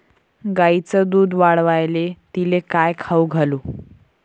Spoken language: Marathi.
गायीचं दुध वाढवायले तिले काय खाऊ घालू?